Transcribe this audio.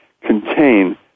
contain